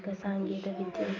സാങ്കേതിക വിദ്യ